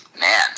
Man